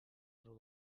greu